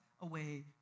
away